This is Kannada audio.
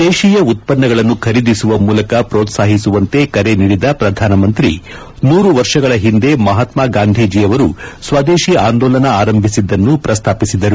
ದೇಶೀಯ ಉತ್ವನ್ನಗಳನ್ನು ಖರೀದಿಸುವ ಮೂಲಕ ಪ್ರೋತ್ಪಾಹಿಸುವಂತೆ ಕರೆ ನೀಡಿದ ಪ್ರಧಾನಮಂತ್ರಿ ನೂರು ವರ್ಷಗಳ ಹಿಂದೆ ಮಹಾತ್ಮ ಗಾಂಧೀಜಿಯವರು ಸ್ವದೇಶಿ ಆಂದೋಲನ ಆರಂಭಿಸಿದ್ದನ್ನು ಪ್ರಸ್ತಾಪಿಸಿದರು